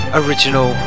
original